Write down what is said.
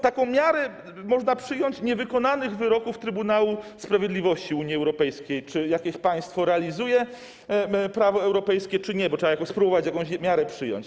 Taką miarę można przyjąć niewykonanych wyroków Trybunału Sprawiedliwości Unii Europejskiej: czy jakieś państwo realizuje prawo europejskie, czy nie, bo trzeba spróbować jakąś miarę przyjąć.